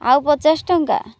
ଆଉ ପଚାଶ ଟଙ୍କା